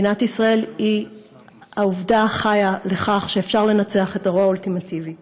מדינת ישראל היא העובדה החיה לכך שאפשר לנצח את הרוע האולטימטיבי.